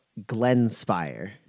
Glenspire